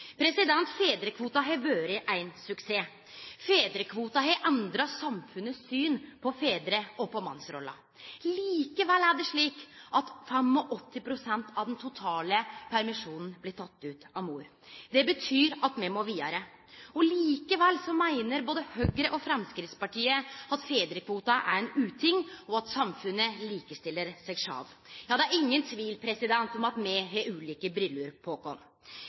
har vore ein suksess. Fedrarkvoten har endra samfunnets syn på fedrar og på mannsrolla. Likevel er det slik at 85 pst. av den totale permisjonen blir teken ut av mor. Det betyr at me må vidare. Likevel meiner både Høgre og Framstegspartiet at fedrarkvoten er ein uting, og at samfunnet likestiller seg sjølv. Det er ingen tvil om at me har ulike briller på oss.